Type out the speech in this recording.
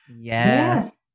yes